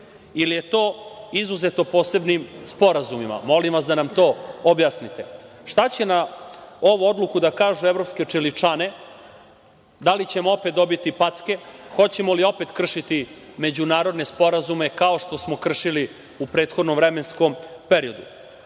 ili je to izuzeto posebnim sporazumima. Molim vas da nam to objasnite. Šta će na ovu odluku da kažu evropske čeličane, da li ćemo opet dobiti packe? Hoćemo li opet kršiti međunarodne sporazume kao što smo kršili u prethodnom vremenskom periodu? Čuli